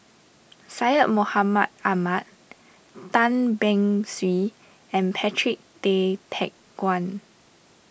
Syed Mohamed Ahmed Tan Beng Swee and Patrick Tay Teck Guan